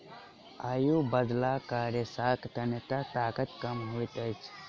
आयु बढ़ला पर रेशाक तन्यता ताकत कम होइत अछि